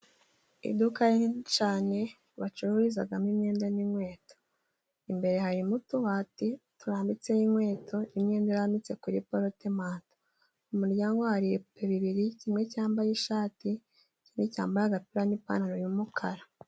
Iduka rinini cyane bacururizamo imyenda n'inkweto. Imbere harimo utubati turambitseho inkweto n'imyenda irambitse kuri porotomanto. Ku muryango hari ibipupe bibiri, kimwe cyambaye ishati ikindi cyambaye agapira n'ipantaro y'umukara.